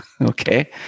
okay